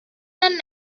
and